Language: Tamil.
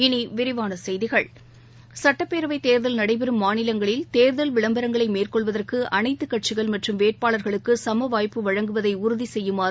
இனிவிரிவானசெய்திகள் சுட்ப்பேரவைத் தேர்தல் நடைபெறும் மாநிலங்களில் கேர்கல் விளம்பரங்களைமேற்கொள்வதற்குஅனைத்துக் கட்சிகள் மற்றம் வேட்பாளர்களுக்குசமவாய்ப்பு வழங்குவதைஉறுதிசெய்யுமாறு